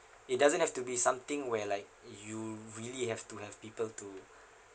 it doesn't have to be something where like you really have to have people to